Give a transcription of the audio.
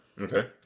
Okay